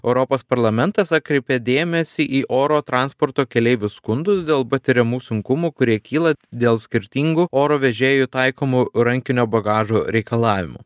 europos parlamentas atkreipė dėmesį į oro transporto keleivių skundus dėl patiriamų sunkumų kurie kyla dėl skirtingų oro vežėjų taikomų rankinio bagažo reikalavimų